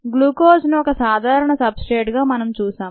గ్లూకోజ్ను ఒక సాధారణ సబ్ స్ట్రేట్గా మనం చూశాం